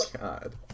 god